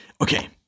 Okay